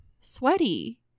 sweaty